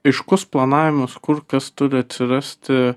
aiškus planavimas kur kas turi atsirasti